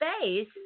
space